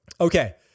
Okay